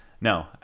No